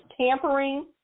tampering